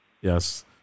Yes